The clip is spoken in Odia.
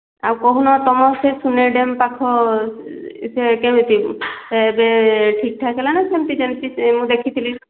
ଆଉ କହୁନ ତୁମ ସେ ଡ୍ୟାମ ପାଖ ସେ କେମିତି ଏବେ ଠିକଠାକ ହେଲାଣି ନା ସେମିତି ଯେମିତି ମୁଁ ଦେଖିଥିଲି